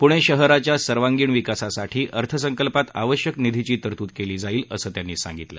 प्णे शहराच्या सर्वांगीण विकासासाठी अर्थसंकल्पात आवश्यक निधीची तरतूद केली जाईल असं त्यांनी सांगितलं